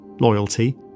loyalty